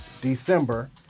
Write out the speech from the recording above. December